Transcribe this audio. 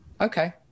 okay